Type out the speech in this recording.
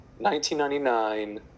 1999